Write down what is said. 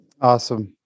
Awesome